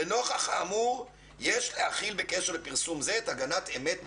לנוכח האמור יש להחיל בקשר לפרסום זה את הגנת אמת בפרסום".